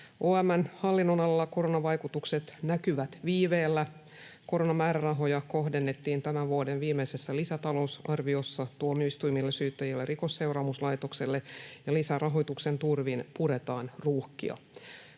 OM:n hallinnonalalla koronan vaikutukset näkyvät viiveellä. Koronamäärärahoja kohdennettiin tämän vuoden viimeisessä lisätalousarviossa tuomioistuimille, syyttäjille ja Rikosseuraamuslaitokselle, ja lisärahoituksen turvin puretaan ruuhkia.